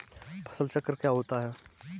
फसल चक्र क्या होता है?